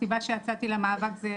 הסיבה שיצאתי למאבק זה,